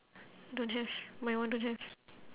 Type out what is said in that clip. don't have my one don't have